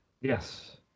Yes